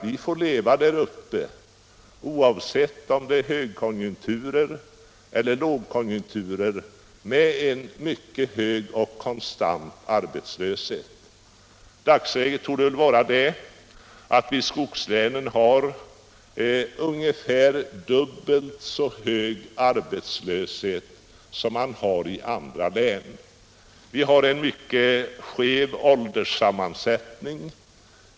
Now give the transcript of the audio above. Vi får leva där uppe, oavsett om det är högkonjunktur eller lågkonjunktur, med en mycket hög och konstant arbetslöshet. I dagsläget torde vi i skogslänen ha ungefär dubbelt så hög arbetslöshet som man har i andra län. Vi har en mycket skev ålderssammansättning.